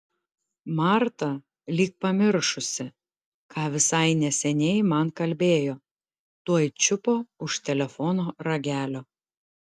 marta lyg pamiršusi ką visai neseniai man kalbėjo tuoj čiupo už telefono ragelio